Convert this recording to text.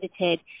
edited